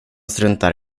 struntar